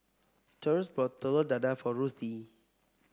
Taurus bought Telur Dadah for Ruthie